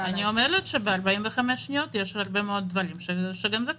אני אומרת שב-45 שניות יש הרבה מאוד דברים וגם זה קשה.